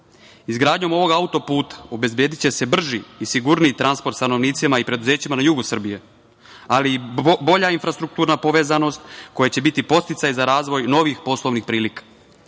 Evrope. Izgradnjom ovog auto-puta obezbediće se brži i sigurniji transport stanovnicima i preduzećima na jugu Srbije, ali i bolja infrastrukturna povezanost koja će biti podsticaj za razvoj novih poslovnih prilika. Ovim